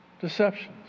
deceptions